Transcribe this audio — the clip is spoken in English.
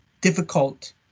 difficult